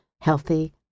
healthy